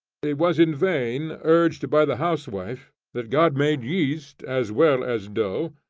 it was in vain urged by the housewife that god made yeast, as well as dough,